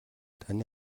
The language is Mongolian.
таны